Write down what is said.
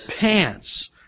pants